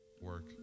Work